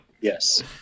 Yes